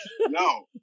No